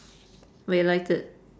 but you liked it